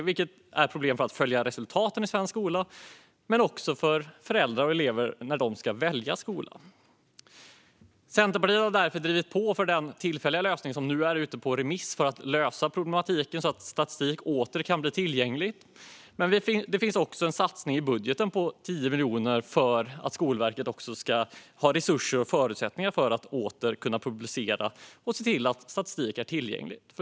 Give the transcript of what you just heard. Detta är ett problem när det gäller att följa resultaten i svensk skola men också för föräldrar och elever när de ska välja skola. Centerpartiet har därför drivit på för den tillfälliga lösning som nu är ute på remiss för att lösa problematiken så att statistik åter kan bli tillgänglig. Det finns också en satsning i budgeten på 10 miljoner för att Skolverket ska ha resurser och förutsättningar att åter publicera statistik och se till att den är tillgänglig.